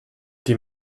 die